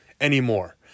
anymore